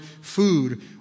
food